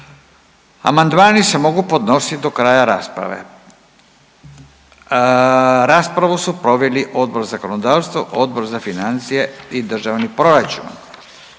Amandmani se mogu podnijeti do kraja rasprave. Raspravu su proveli Odbor za zakonodavstvo, Odbor za financije i državni proračun.